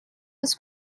was